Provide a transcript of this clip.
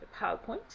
PowerPoint